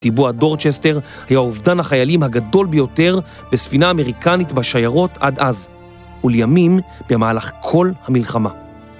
טיבוע דורצ'סטר היה אובדן החיילים הגדול ביותר בספינה אמריקנית בשיירות עד אז, ולימים במהלך כל המלחמה.